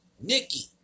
Nikki